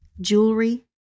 jewelry